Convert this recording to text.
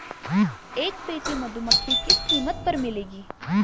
एक पेटी मधुमक्खी किस कीमत पर मिलेगी?